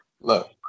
Look